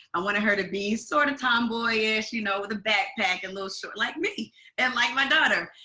i want her to be sort of tomboyish, you know with a backpack, and little short like me and like my daughter.